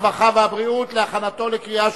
הרווחה והבריאות נתקבלה.